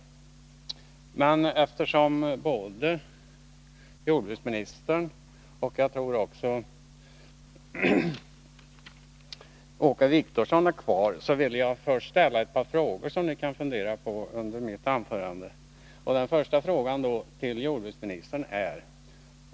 Lag om spridning Men jag vill först ställa ett par frågor till jordbruksministern och Åke av bekämpnings Wictorsson — jag tror att han också är kvar — som de kan fundera på under medel över skogsmitt anförande. Den första frågan är till jordbruksministern.